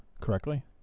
correctly